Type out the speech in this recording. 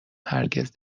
هرگز